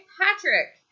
Patrick